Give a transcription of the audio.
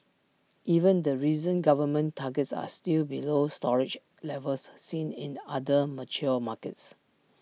even the recent government targets are still below storage levels seen in other mature markets